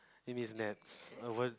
it needs naps I want